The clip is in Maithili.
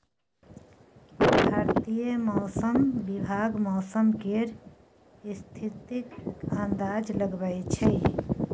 भारतीय मौसम विभाग मौसम केर स्थितिक अंदाज लगबै छै